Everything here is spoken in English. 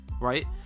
right